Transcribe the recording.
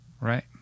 Right